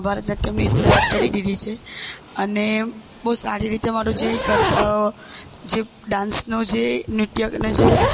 ભારત નાટ્યમની શરૂઆત કરી દીધી છે અને બહુ સારી રીતે મારું જે ઈ જે ડાન્સનું જે નૃત્યનો જે